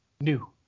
New